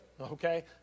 okay